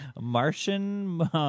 Martian